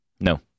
No